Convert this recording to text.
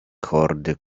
hordy